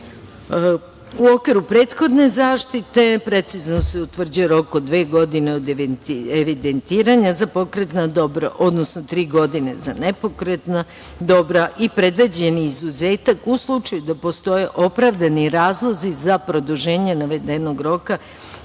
okviru prethodne zaštite precizno se utvrđuje rok od dve godine od evidentiranja za pokretna dobra, odnosno tri godine za nepokretna dobra i predviđeni izuzetak u slučaju da postoje opravdani razlozi za produženje navedenog roka,